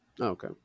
Okay